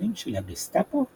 כסוכנים של הגסטאפו בגטו.